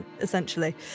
essentially